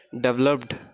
developed